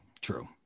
True